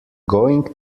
going